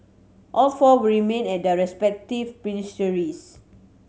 all four will remain at their respective ministries